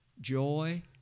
joy